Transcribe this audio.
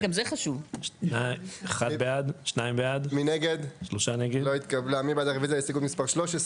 הצבעה בעד, 2 נגד, 3 נמנעים,